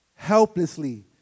Helplessly